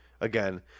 again